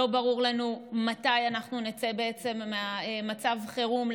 לא ברור לנו מתי נצא בעצם ממצב החירום,